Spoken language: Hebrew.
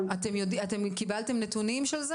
שזה המעוף?